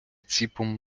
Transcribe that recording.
ціпом